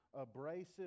abrasive